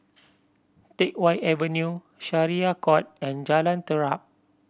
Teck Whye Avenue Syariah Court and Jalan Terap